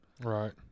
Right